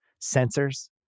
sensors